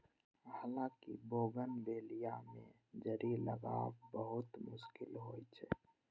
हालांकि बोगनवेलिया मे जड़ि लागब बहुत मुश्किल होइ छै